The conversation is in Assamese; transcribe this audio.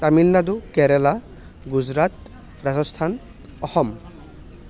তামিলনাডু কেৰেলা গুজৰাট ৰাজস্থান অসম